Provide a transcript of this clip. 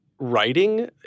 writing